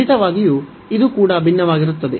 ಖಂಡಿತವಾಗಿಯೂ ಇದು ಕೂಡ ಭಿನ್ನವಾಗಿರುತ್ತದೆ